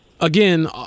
again